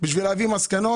כדי להביא מסקנות,